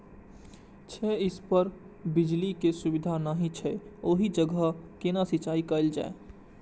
छै इस पर बिजली के सुविधा नहिं छै ओहि जगह केना सिंचाई कायल जाय?